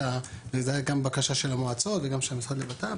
זה גם בקשה של המועצות וגם של המשרד לבט"פ,